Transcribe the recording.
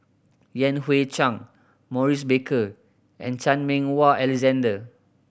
Yan Hui Chang Maurice Baker and Chan Meng Wah Alexander